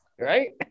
right